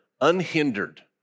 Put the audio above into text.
unhindered